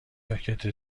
ژاکت